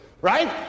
right